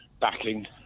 backing